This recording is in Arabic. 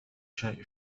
شيء